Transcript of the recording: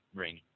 ring